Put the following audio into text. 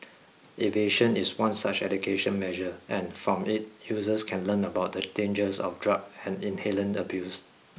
aversion is one such education measure and from it users can learn about the dangers of drug and inhalant abuse